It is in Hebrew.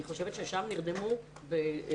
אני חושבת ששם נרדמו בעמידה,